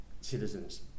citizens